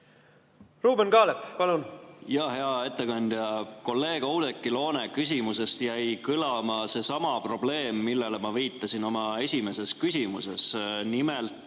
Ruuben Kaalep, palun! Hea ettekandja! Kolleeg Oudekki Loone küsimusest jäi kõlama seesama probleem, millele ma viitasin oma esimeses küsimuses. Nimelt